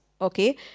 Okay